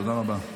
תודה רבה.